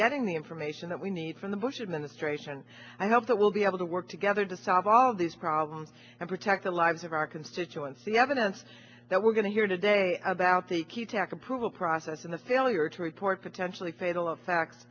getting the information that we need from the bush administration i hope that we'll be able to work together to solve all these problems and protect the lives of our constituency evidence that we're going to hear today about the key tack approval process and the failure to report potentially fatal of facts